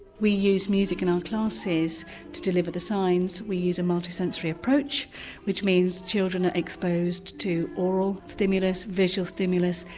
we use music in our classes to deliver the signs. we use a multi-sensory approach which means children are exposed to aural stimulus, visual stimulus,